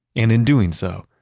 and in doing so,